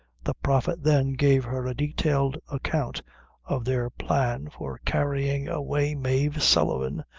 the prophet then gave her a detailed account of their plan for carrying away mave sullivan,